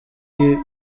ibiki